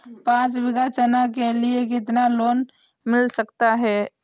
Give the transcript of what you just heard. पाँच बीघा चना के लिए कितना लोन मिल सकता है?